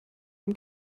dem